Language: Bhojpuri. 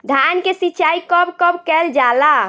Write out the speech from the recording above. धान के सिचाई कब कब कएल जाला?